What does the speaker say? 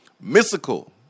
Mystical